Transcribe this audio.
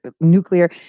Nuclear